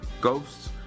Ghosts